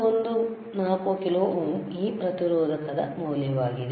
14 kilo ohm ಈ ಪ್ರತಿರೋಧಕದ ಮೌಲ್ಯವಾಗಿದೆ